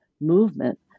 movement